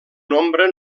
nombre